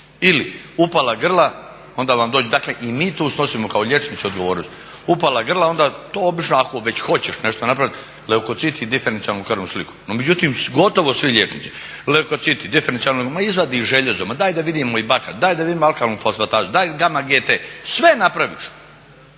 ili upala grla, dakle i mi tu snosimo kao liječnici odgovornost, upala grla to obično ako već hoćeš nešto napraviti leukociti i diferencijalnu krvnu sliku. No međutim gotovo svi liječnici leukociti, diferencijalnu krvnu, ma izvadi i željezo, ma daj da vidimo i bakar, da da vidimo alkalnu, daj gama GT sve napraviš,